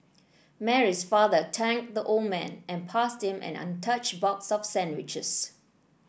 Mary's father thanked the old man and passed him an untouched box of sandwiches